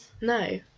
No